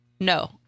No